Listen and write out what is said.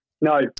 No